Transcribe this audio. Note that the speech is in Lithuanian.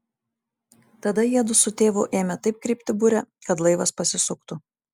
tada jiedu su tėvu ėmė taip kreipti burę kad laivas pasisuktų